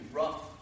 rough